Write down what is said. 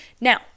now